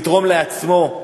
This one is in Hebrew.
יתרום לעצמו?